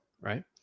right